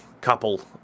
couple